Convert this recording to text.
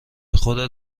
خودت